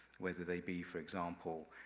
whether they be, for example,